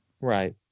Right